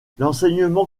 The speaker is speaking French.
l’enseignement